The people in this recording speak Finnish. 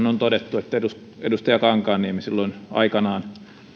on todettu että edustaja kankaanniemi silloin aikanaan